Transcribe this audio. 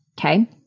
okay